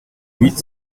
huit